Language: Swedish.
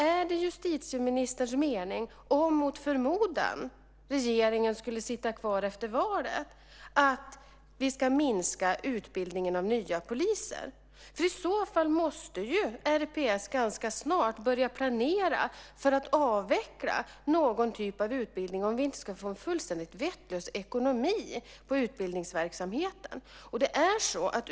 Är det justitieministerns mening, om regeringen mot förmodan skulle sitta kvar efter valet, att vi ska minska utbildningen av nya poliser? I så fall måste RPS ganska snart börja planera för att avveckla någon typ av utbildning om vi inte ska få en fullständigt vettlös ekonomi på utbildningsverksamheten.